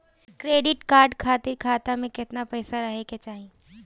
Credit card खातिर खाता में केतना पइसा रहे के चाही?